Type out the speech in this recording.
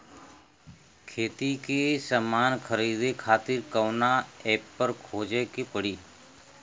खेती के समान खरीदे खातिर कवना ऐपपर खोजे के पड़ी?